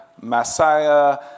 Messiah